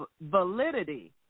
validity